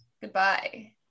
Goodbye